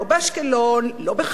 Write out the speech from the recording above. לא באשקלון,